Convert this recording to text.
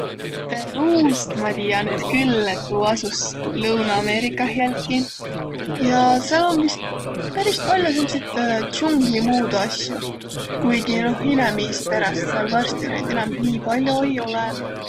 Peruust ma tiiä nüüd küll, et tuu asus Lõuna-Ameerikah jälki ja sääl om vist ja sääl om vist peris pall'o säändsit ts'ungli muudu asjo, kuigi noh, inemiisi peräst sääl varsti naid inämb nii pall'o ei olõq.